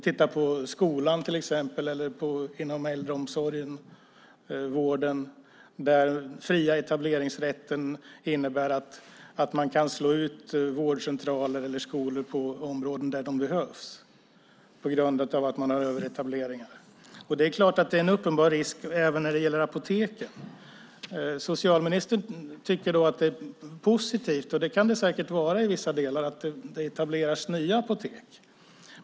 För skolan, äldreomsorgen och vården innebär den fria etableringsrätten att man kan slå ut vårdcentraler eller skolor i områden där de behövs på grund av överetablering. Det är klart att det är en uppenbar risk även när det gäller apoteken. Socialministern tycker att det är positivt att det etableras nya apotek, och det kan det säkert vara i vissa delar.